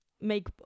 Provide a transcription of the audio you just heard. make